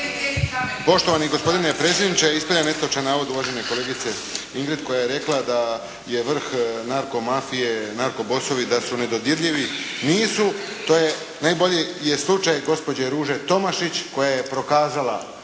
Poštovani gospodine predsjedniče, ispravljam netočan navod uvažene kolegice Ingrid koja je rekla da je vrh narko mafije, narko bosovi da su nedodirljivi. Nisu. To je, najbolji je slučaj gospođe Ruže Tomašić koja je prokazala